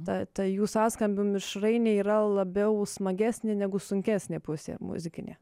ta ta jų sąskambių mišrainė yra labiau smagesnė negu sunkesnė pusė muzikinė